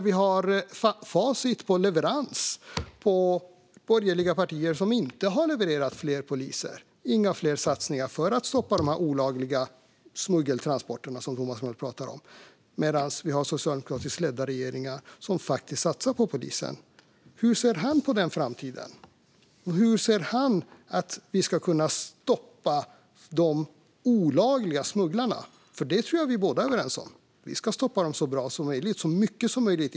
Vi har facit på att borgerliga partier inte har levererat fler poliser. De gjorde inga fler satsningar för att stoppa de olagliga smuggeltransporterna, som Thomas Morell talar om. Men socialdemokratiskt ledda regeringar satsar faktiskt på polisen. Hur ser han på den framtiden? Hur tänker han sig att vi ska kunna stoppa de olagliga smugglarna? Jag tror att vi båda är överens om att vi ska stoppa dem så bra som möjligt och så mycket som möjligt.